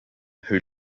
who